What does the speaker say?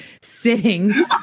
sitting